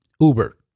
Uber